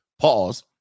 pause